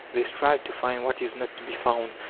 they strive to find what is not to be found,